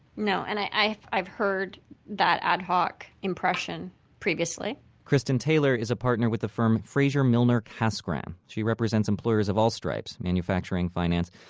no. and i've i've heard that ad hoc impression previously kristin taylor is a partner with the firm fraser milner casgrain. she represents employers of all stripes manufacturing, finance.